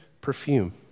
perfume